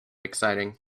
exciting